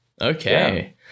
okay